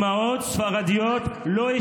מה יש להקשיב?